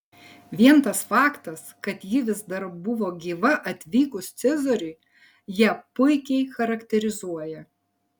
vien tas faktas kad ji vis dar buvo gyva atvykus cezariui ją puikiai charakterizuoja